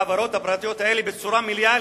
לחברות הפרטיות האלה בצורה מלאה,